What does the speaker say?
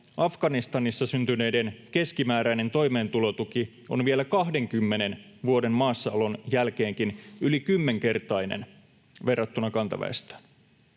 Afganistanissa syntyneiden keskimääräinen toimeentulotuki on vielä 20 vuoden maassaolon jälkeenkin yli kymmenkertainen verrattuna kantaväestöön.